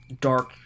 dark